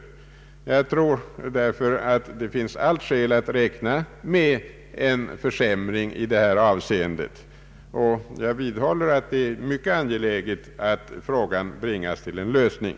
Jag tror därför att det finns allt skäl att räkna med en försämring i detta avseende, och jag vidhåller att det är mycket angeläget att frågan bringas till en lösning.